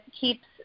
keeps